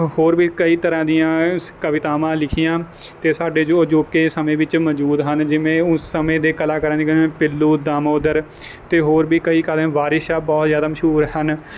ਹੋਰ ਵੀ ਕਈ ਤਰ੍ਹਾਂ ਦੀਆਂ ਕਵਿਤਾਵਾਂ ਲਿਖੀਆਂ ਅਤੇ ਸਾਡੇ ਜੋ ਅਜੋਕੇ ਸਮੇਂ ਵਿੱਚ ਮੌਜੂਦ ਹਨ ਜਿਵੇਂ ਉਸ ਸਮੇਂ ਦੇ ਕਲਾਕਾਰਾਂ ਨੇ ਪੀਲੂ ਦਮੋਦਰ ਅਤੇ ਹੋਰ ਵੀ ਕਈ ਕਾਲੇ ਵਾਰਿਸ ਸ਼ਾਹ ਬਹੁਤ ਜ਼ਿਆਦਾ ਮਸ਼ਹੂਰ ਹਨ